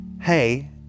hey